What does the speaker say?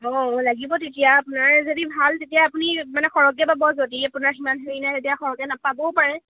অঁ অঁ লাগিব তেতিয়া আপোনাৰ যদি ভাল তেতিয়া আপুনি মানে সৰহকৈ পাব যদি আপোনাৰ সিমান হেৰি নাই তেতিয়া সৰহকৈ নাপাবও পাৰে